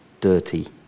dirty